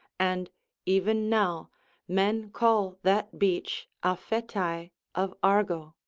and even now men call that beach aphetae of argo.